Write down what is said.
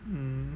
mm